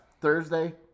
Thursday